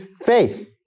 faith